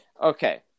Okay